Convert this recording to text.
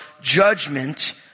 judgment